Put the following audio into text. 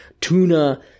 tuna